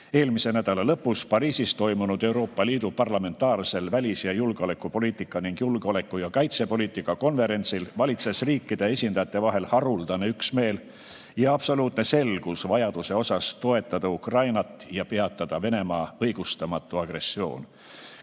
Eelmise nädala lõpus Pariisis toimunud Euroopa Liidu parlamentaarsel välis- ja julgeolekupoliitika ning julgeoleku- ja kaitsepoliitika konverentsil valitses riikide esindajate vahel haruldane üksmeel ja absoluutne selgus vajaduse osas toetada Ukrainat ja peatada Venemaa õigustamatu agressioon.